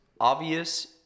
obvious